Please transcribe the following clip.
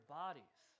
bodies